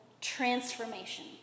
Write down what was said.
transformation